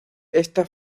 esta